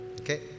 okay